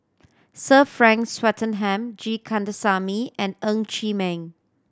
Sir Frank Swettenham G Kandasamy and Ng Chee Meng